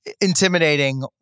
intimidating